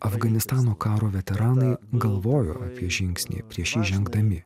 afganistano karo veteranai galvojo apie žingsnį prieš jį žengdami